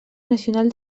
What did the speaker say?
nacional